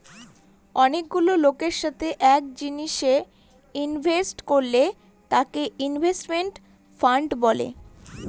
অনেকগুলা লোকের সাথে এক জিনিসে ইনভেস্ট করলে তাকে ইনভেস্টমেন্ট ফান্ড বলে